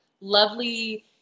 lovely